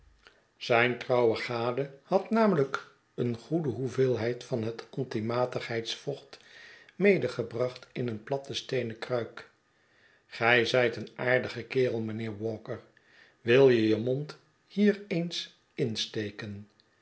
zijn trouwe gade had namelijk een goede hoeveelheid van het anti matigheidsvocht medegebracht in een platte steenen kruik gij zijt een aardige kerel meneer walker wil je je mond hier eens in